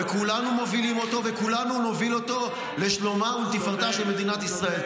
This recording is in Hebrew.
וכולנו מובילים אותו וכולנו נוביל אותו לשלומה ותפארתה של מדינת ישראל.